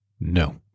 No